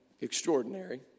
extraordinary